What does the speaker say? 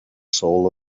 soul